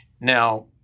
Now